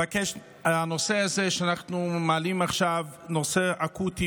הנושא שאנחנו מעלים עכשיו הוא נושא אקוטי